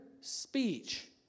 speech